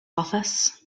office